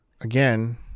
again